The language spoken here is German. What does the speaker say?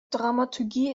dramaturgie